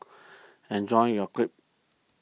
enjoy your Crepe